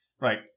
Right